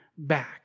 back